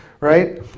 right